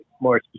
more